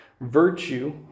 Virtue